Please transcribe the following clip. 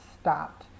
stopped